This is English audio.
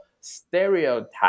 stereotype